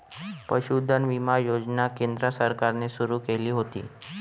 पशुधन विमा योजना केंद्र सरकारने सुरू केली होती